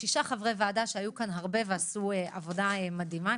שישה חברי ועדה היו כאן שעות רבות ועשו עבודה מדהימה.